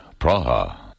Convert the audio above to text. Praha